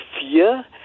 fear